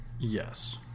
Yes